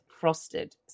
frosted